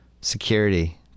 security